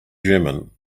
german